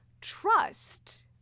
trust